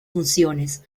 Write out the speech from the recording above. funciones